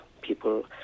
people